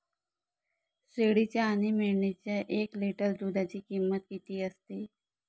शेळीच्या आणि मेंढीच्या एक लिटर दूधाची किंमत किती असते?